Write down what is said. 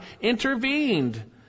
intervened